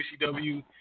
WCW